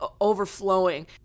overflowing